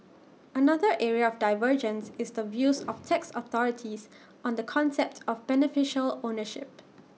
another area of divergence is the views of tax authorities on the concept of beneficial ownership